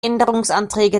änderungsanträge